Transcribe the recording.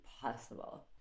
possible